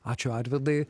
ačiū arvydai